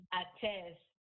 attest